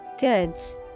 Goods